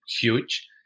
huge